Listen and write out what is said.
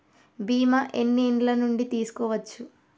బీమా ఎన్ని ఏండ్ల నుండి తీసుకోవచ్చు?